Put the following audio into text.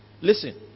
Listen